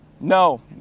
no